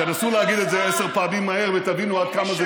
תנסו להגיד את זה עשר פעמים מהר ותבינו עד כמה זה